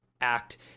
act